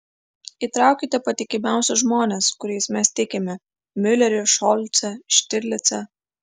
įtraukite patikimiausius žmones kuriais mes tikime miulerį šolcą štirlicą